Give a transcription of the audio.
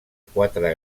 quatre